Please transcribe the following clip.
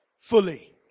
fully